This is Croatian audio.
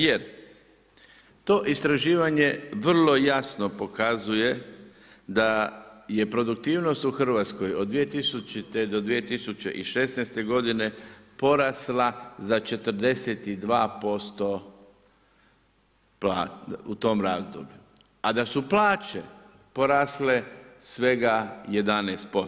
Jer to istraživanje vrlo jasno pokazuje da je produktivnost u Hrvatskoj od 2000. do 2016. godine porasla za 42% u tom razdoblju a da su plaće porasle svega 11%